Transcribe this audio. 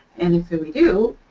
and if we do,